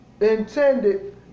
intended